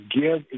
give